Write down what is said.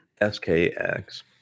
SKX